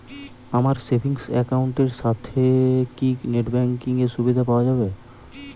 আমার savings account এর সাথে কি নেটব্যাঙ্কিং এর সুবিধা পাওয়া যাবে?